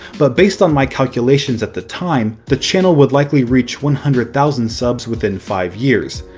but based on my calculations at the time, the channel would likely reach one hundred thousand subs within five years.